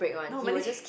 no but least